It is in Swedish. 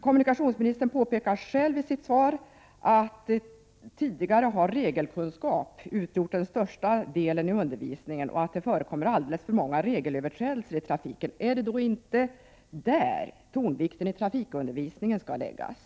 Kommunikationsministern påpekade själv i sitt svar att regelkunskap tidigare har utgjort den största delen i undervisningen och att det förekommer alldeles för många regelöverträdelser i trafiken. Är det då inte där tonvikten i undervisningen skall läggas?